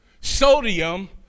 Sodium